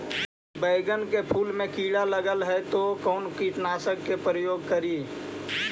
बैगन के फुल मे कीड़ा लगल है तो कौन कीटनाशक के प्रयोग करि?